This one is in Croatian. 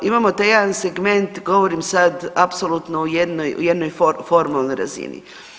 Imamo taj jedan segment, govorim sad apsolutno o jednoj formalnoj razini.